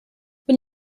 when